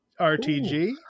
RTG